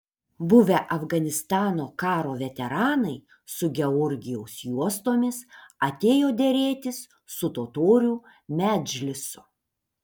buvę afganistano karo veteranai su georgijaus juostomis atėjo derėtis su totorių medžlisu